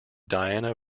diana